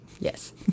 Yes